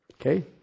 Okay